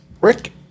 Rick